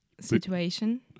situation